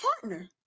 partner